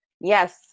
Yes